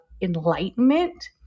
enlightenment